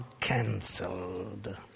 cancelled